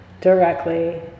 directly